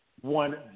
One